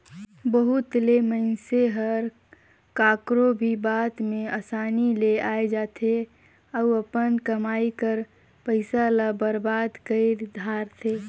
बहुत ले मइनसे हर काकरो भी बात में असानी ले आए जाथे अउ अपन कमई कर पइसा ल बरबाद कइर धारथे